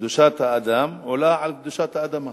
קדושת האדם עולה על קדושת האדמה.